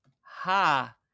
Ha